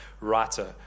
writer